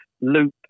loop